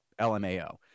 LMAO